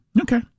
Okay